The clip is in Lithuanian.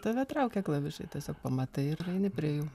tave traukia klavišai tiesiog pamatai ir prieini prie jų